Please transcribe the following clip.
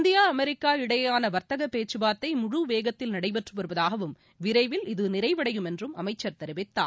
India America இடையேயானவர்த்தகபேச்சுவார்த்தைமுழுவேகத்தில் நடைபெற்றுவருவதாகவும் விரைவில் இது நிறைவடையும் என்றும் அமைச்சர் தெரிவித்தார்